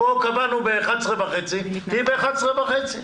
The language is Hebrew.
פה קבענו בשעה 11:30, תהיי ב-11:30.